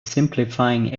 simplifying